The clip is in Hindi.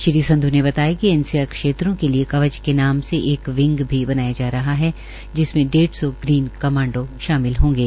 श्री संध् ने बताया कि एनसीआर क्षेत्रों के लिए कवज के नाम से एक विंग भी बनाया जा रहा है जिसके डेढ़ सौ ग्रीन कमांडों शामिल होंगे